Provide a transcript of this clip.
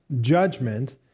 judgment